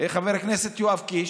חבר הכנסת יואב קיש.